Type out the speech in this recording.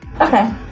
Okay